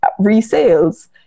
resales